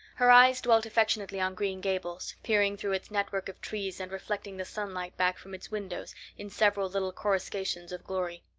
her eyes dwelt affectionately on green gables, peering through its network of trees and reflecting the sunlight back from its windows in several little coruscations of glory.